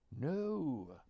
no